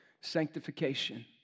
sanctification